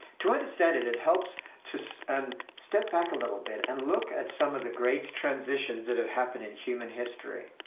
to understand it, it helps to so and step back a little bit, and look at some of the great transitions that have happened in human history.